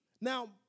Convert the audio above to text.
Now